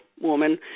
woman